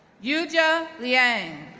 yujia liang,